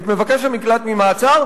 את מבקש המקלט ממעצר,